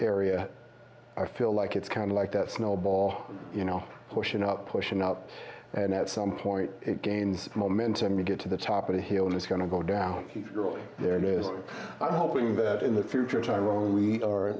area i feel like it's kind of like that snowball you know pushing up pushing up and at some point it gains momentum you get to the top of the hill and it's going to go down there is hoping that in the future tyrone